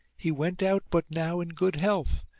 he went out but now in good health,